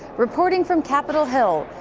reportedly from capitol hill,